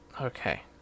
Okay